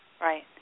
Right